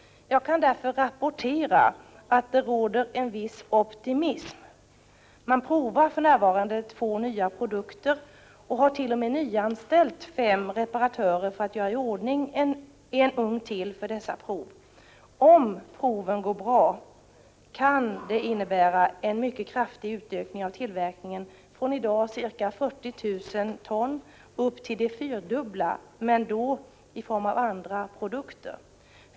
Jag kan därför rapportera att det råder en viss optimism. Man provar för närvarande två nya produkter och har t.o.m. nyanställt fem reparatörer för att göra i ordning en ugn till för dessa prov. Om proven går bra kan det innebära en mycket kraftig utökning av tillverkningen från i dag ca 40 000 ton upp till det fyrdubbla, men i form av andra produkter.